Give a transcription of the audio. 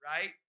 right